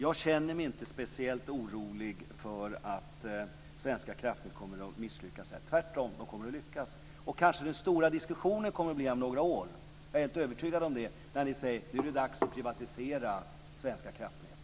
Jag känner mig inte speciellt orolig för att Svenska kraftnät kommer att misslyckas. Tvärtom, man kommer att lyckas. Kanske kommer den stora diskussionen om några år - jag är helt övertygad om det - när ni säger: Nu är det dags att privatisera Svenska kraftnät.